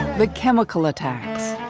the chemical attacks,